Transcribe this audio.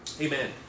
Amen